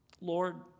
Lord